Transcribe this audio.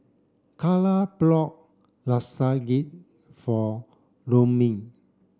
Carla bought Lasagne for Rollin